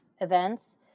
events